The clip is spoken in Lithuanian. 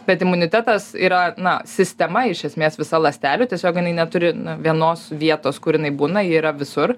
bet imunitetas yra na sistema iš esmės visa ląstelių tiesio jinai neturi vienos vietos kur jinai būna ji yra visur